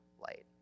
light